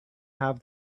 have